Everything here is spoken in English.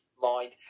mind